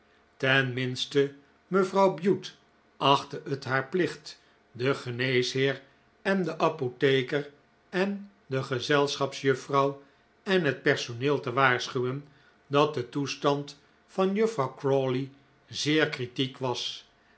minste mevrouw bute achttc het haar plicht den geneesheer en den apotheker en de gezelschapsjuffrouw en het personeel te waarschuwen dat de toestand van juffrouw crawley zeer kritiek was